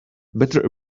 better